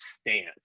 stance